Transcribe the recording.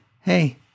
hey –